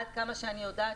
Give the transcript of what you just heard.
עד כמה שאני יודעת,